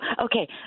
okay